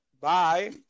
Bye